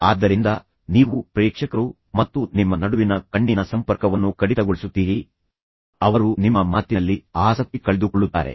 ಆದ್ದರಿಂದ ನೀವು ಪ್ರೇಕ್ಷಕರು ಮತ್ತು ನಿಮ್ಮ ನಡುವಿನ ಕಣ್ಣಿನ ಸಂಪರ್ಕವನ್ನು ಕಡಿತಗೊಳಿಸುತ್ತೀರಿ ಅದು ಹಾನಿಕಾರಕವಾಗಿದೆ ಅವರು ನಿಮ್ಮ ಮಾತಿನಲ್ಲಿ ಆಸಕ್ತಿಯನ್ನು ಕಳೆದುಕೊಳ್ಳುತ್ತಾರೆ